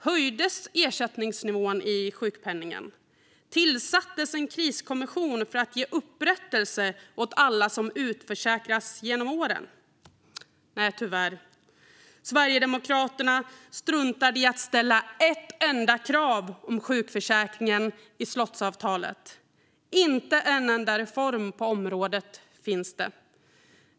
Höjdes ersättningsnivån i sjukpenningen? Tillsattes en kriskommission för att ge upprättelse åt alla som utförsäkrats genom åren? Nej, tyvärr. Sverigedemokraterna struntade i att ställa ett enda krav om sjukförsäkringen i slottsavtalet. Inte en enda reform på området finns det.